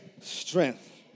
strength